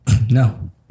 no